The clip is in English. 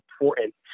important